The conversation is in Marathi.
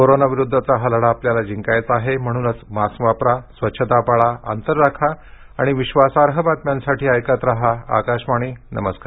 कोरोना विरुद्धचा हा लढा आपल्याला जिंकायचा आहे म्हणूनच मास्क वापरा स्वच्छता पाळा अंतर राखा आणि विश्वासार्ह बातम्यांसाठी ऐकत रहा आकाशवाणी नमस्कार